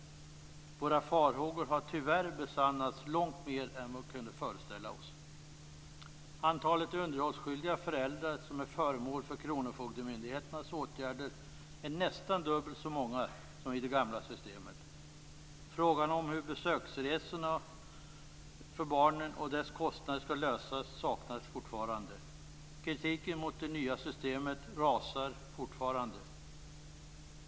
Våra farhågor har tyvärr besannats långt mer än vad vi kunde föreställa oss. Antalet underhållsskyldiga föräldrar som är föremål för kronofogdemyndighetens åtgärder är nästan dubbelt så många som i det gamla systemet. Förslag till hur besöksresorna och deras kostnader skall lösas saknas fortfarande. Kritiken mot det nya systemet rasar fortfarande.